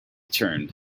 turned